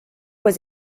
was